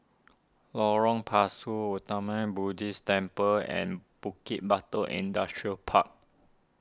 Lorong Pasu Buddhist Temple and Bukit Batok Industrial Park